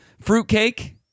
Fruitcake